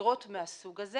בחקירות מהסוג הזה